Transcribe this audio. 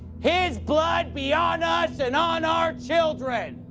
his blood be on us and on our children!